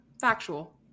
Factual